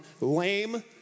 lame